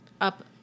up